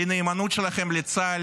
לנאמנות שלכם לצה"ל,